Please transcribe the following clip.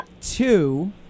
two